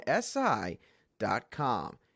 SI.com